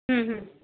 हूं हूं